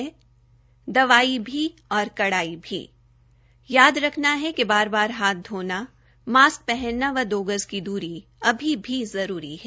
दवाई भी और कड़ाई भी यह भी याद रखना है कि बार बार हाथ धोना मास्क पहनना व दो गज की दूरी अभी भी जरूरी है